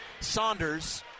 Saunders